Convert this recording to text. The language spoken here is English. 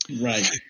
Right